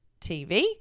TV